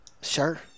Sure